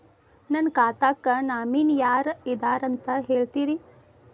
ನನ್ನ ಖಾತಾಕ್ಕ ನಾಮಿನಿ ಯಾರ ಇದಾರಂತ ಹೇಳತಿರಿ?